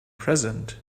present